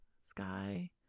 sky